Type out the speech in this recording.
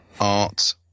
art